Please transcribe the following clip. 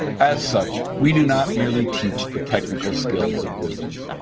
as such, we do not merely teach the technical skills of business.